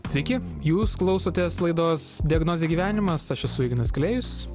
sveiki jūs klausotės laidos diagnozė gyvenimas aš esu ignas klėjus